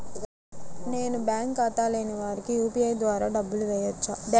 నేను బ్యాంక్ ఖాతా లేని వారికి యూ.పీ.ఐ ద్వారా డబ్బులు వేయచ్చా?